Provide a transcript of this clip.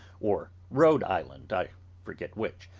or rhode island i forget which.